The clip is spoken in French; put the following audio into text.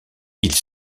ils